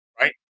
right